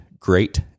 Great